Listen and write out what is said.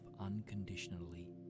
unconditionally